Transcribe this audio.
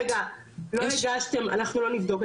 רגע לא הגשתם אנחנו לא נבדוק,